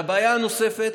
הבעיה הנוספת,